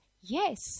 yes